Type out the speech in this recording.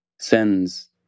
sends